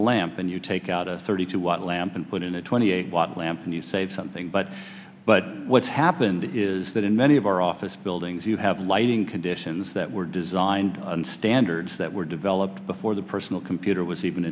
lamp and you take out a thirty two white lamp and put in a twenty eight watt lamp and you save something but but what's happened is that in many of our office buildings you have lighting conditions that were designed in standards that were developed before the personal computer was even